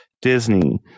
Disney